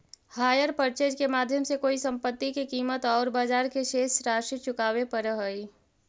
hire purchase के माध्यम से कोई संपत्ति के कीमत औउर ब्याज के शेष राशि चुकावे पड़ऽ हई